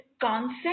concept